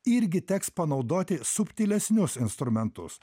irgi teks panaudoti subtilesnius instrumentus